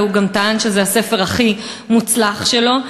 והוא גם טען שזה הספר הכי מוצלח שלו.